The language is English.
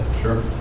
Sure